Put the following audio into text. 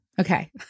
Okay